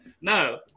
no